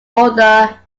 author